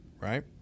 right